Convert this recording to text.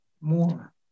more